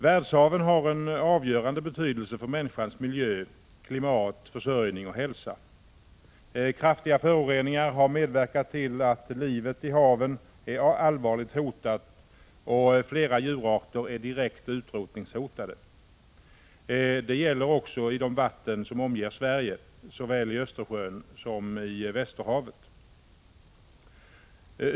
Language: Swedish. Världshaven har en avgörande betydelse för människans miljö, klimat, försörjning och hälsa. Kraftiga föroreningar har medverkat till att livet i haven är allvarligt hotat, och flera djurarter är direkt utrotningshotade. Detta gäller också de vatten som omger Sverige, såväl Östersjön som Västerhavet.